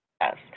Yes